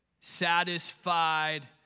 satisfied